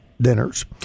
dinners